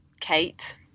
kate